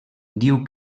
diu